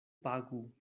pagu